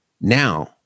Now